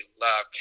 love